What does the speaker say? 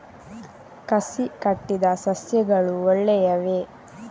ಕಸಿ ಕಟ್ಟಿದ ಸಸ್ಯಗಳು ಒಳ್ಳೆಯವೇ?